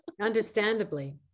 understandably